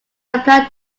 apply